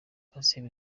patient